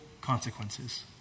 consequences